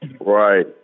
Right